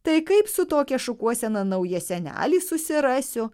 tai kaip su tokia šukuosena nauja senelį susirasiu